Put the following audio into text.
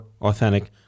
authentic